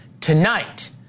tonight